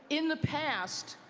in the past,